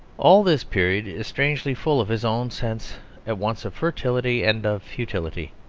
all this period is strangely full of his own sense at once of fertility and of futility